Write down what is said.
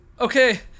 okay